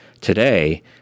Today